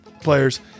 players